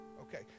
Okay